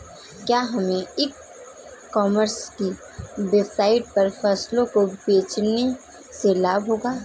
क्या हमें e commerce की वेबसाइट पर फसलों को बेचने से लाभ होगा?